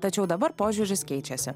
tačiau dabar požiūris keičiasi